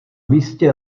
místě